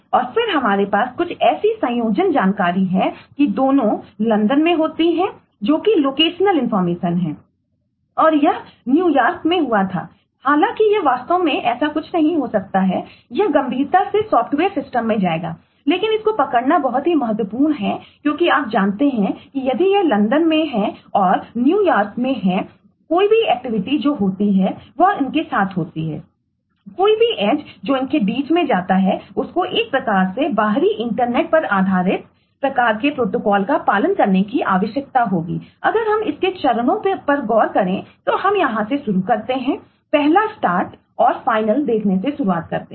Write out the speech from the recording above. और यह न्यूयॉर्क देखने से शुरुआत करते हैं